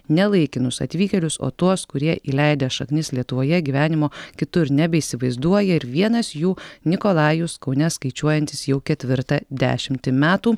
ne laikinus atvykėlius o tuos kurie įleidę šaknis lietuvoje gyvenimo kitur nebeįsivaizduoja ir vienas jų nikolajus kaune skaičiuojantis jau ketvirtą dešimtį metų